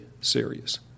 serious